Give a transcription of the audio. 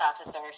officer